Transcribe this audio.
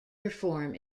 perform